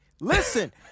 Listen